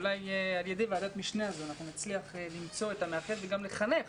אולי על ידי ועדת משנה נצליח למצוא את המאחד וגם לחנך